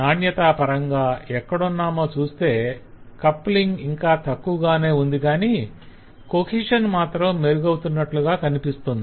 నాణ్యతా పరంగా ఎక్కడున్నామో చూస్తే కప్లింగ్ ఇంకా తక్కువగానే ఉందిగాని కొహెషన్ మాత్రం మెరుగవుతున్నట్లుగా అనిపిస్తుంది